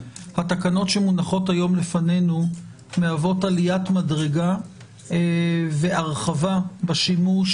התקנות שמונחות היום לפנינו מהוות עליית מדרגה בהרחבה בשימוש